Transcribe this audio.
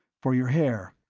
for your hair.